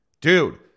dude